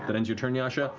that ends your turn, yasha.